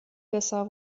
besser